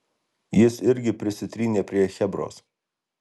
jis irgi prisitrynė prie chebros